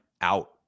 out